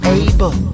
able